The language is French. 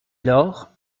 lors